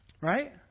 right